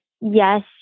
yes